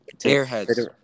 Airheads